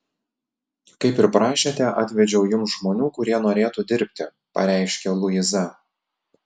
kaip ir prašėte atvedžiau jums žmonių kurie norėtų dirbti pareiškia luiza